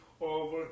over